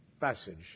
passage